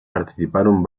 participaron